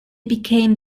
became